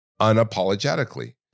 unapologetically